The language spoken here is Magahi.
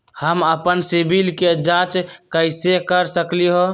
हम अपन सिबिल के जाँच कइसे कर सकली ह?